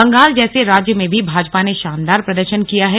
बंगाल जैसे राज्य में भी भाजपा ने शानदार प्रदर्शन किया है